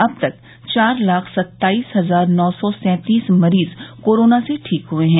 अब तक चार लाख सत्ताईस हजार नौ सौ सैंतीस मरीज कोरोना से ठीक हुए हैं